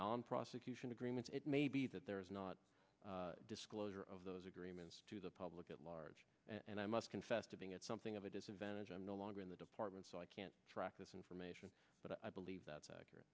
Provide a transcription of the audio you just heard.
non prosecution agreements it may be that there is not a disclosure of those agreements to the public at large and i must confess to being at something of a disadvantage i'm no longer in the department so i can't track this information but i believe